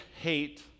hate